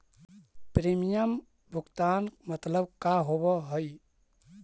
Premium भुगतान मतलब का होव हइ?